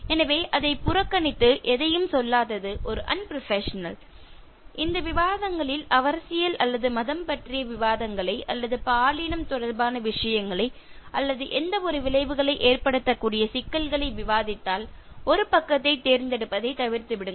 எனவே அதைப் புறக்கணித்து எதையும் சொல்லாதது ஒரு அன்ப்ரொபஷனல் இந்த விவாதங்களில் அரசியல் அல்லது மதம் பற்றிய விவாதங்களை அல்லது பாலினம் தொடர்பான விஷயங்களை அல்லது எந்தவொரு விளைவுகளை ஏற்படுத்தக்கூடிய சிக்கல்களை விவாதித்தால் ஒரு பக்கத்தை தேர்ந்தெடுப்பதை தவிர்த்துவிடுங்கள்